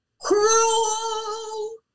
cruel